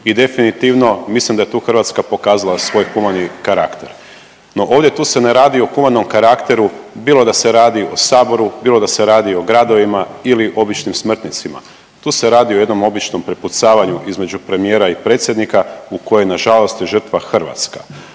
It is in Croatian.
i definitivno mislim da je tu Hrvatska pokazala svoj humani karakter. No ovdje tu se ne radi o humanom karakteru bilo da se radi o saboru, bilo da se radi o gradovima ili običnim smrtnicima, tu se radi o jednom običnom prepucavanju između premijera i predsjednika u kojoj nažalost je žrtva Hrvatska.